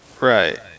Right